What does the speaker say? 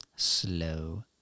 Slow